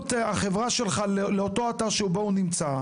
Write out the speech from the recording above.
פעילות החברה שלך לאותו אתר שבו הוא נמצא,